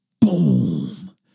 Boom